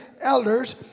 elders